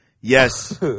Yes